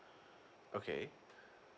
okay